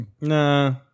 Nah